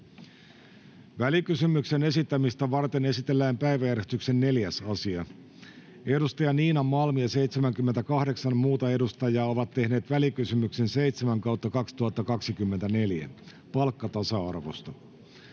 Välikysymyksen esittämistä varten esitellään päiväjärjestyksen 4. asia. Edustaja Niina Malm ja 77 muuta edustajaa ovat tehneet välikysymyksen VK 7/2024 vp palkkatasa-arvosta.